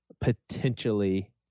potentially